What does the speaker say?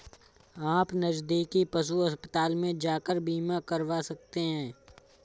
आप नज़दीकी पशु अस्पताल में जाकर बीमा करवा सकते है